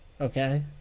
okay